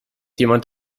jemand